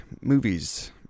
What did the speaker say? Movies